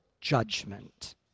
judgment